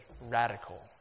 radical